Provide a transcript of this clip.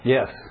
Yes